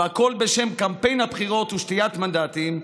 והכול בשם קמפיין הבחירות ושתיית מנדטים,